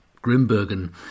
Grimbergen